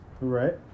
Right